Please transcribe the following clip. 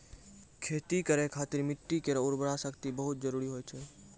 खेती करै खातिर मिट्टी केरो उर्वरा शक्ति बहुत जरूरी होय छै